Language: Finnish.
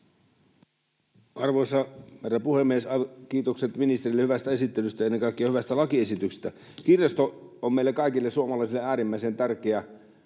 Arvoisa herra puhemies! Kiitokset ministerille hyvästä esittelystä ja ennen kaikkea hyvästä lakiesityksestä. Kirjasto on meille kaikille suomalaisille äärimmäisen tärkeä